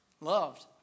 loved